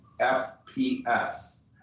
FPS